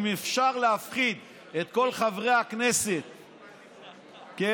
אם אפשר להפחיד את כל חברי הכנסת, מותר.